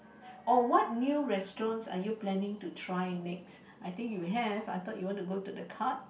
or what new restaurants are you planning to try next I think you have I thought you want to go to the cards